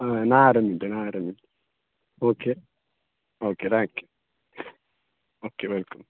ಹಾಂ ನಾ ಆರಾಮ ಇದ್ದೆ ನಾ ಆರಾಮ ಇದ್ದೆ ಓಕೆ ಓಕೆ ಓಕೆ ವೆಲ್ಕಮ್